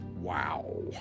Wow